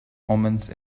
omens